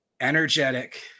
energetic